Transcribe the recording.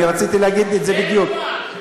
אני רציתי להגיד את זה בדיוק.